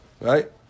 Right